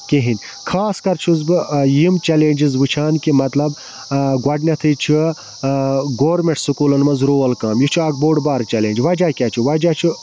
کِہیٖنۍ خاص کر چھُس بہٕ یِم چَلینجٕس وٕچھان کہ مطلب گۄڈٕنٮ۪تھٕے چھِ گورمٮ۪نٛٹ سُکوٗلَن منٛز رول کم یہِ چھِ اَکھ بوٚڈ بار چلینج وجہ کیٛاہ چھُ وجہ چھُ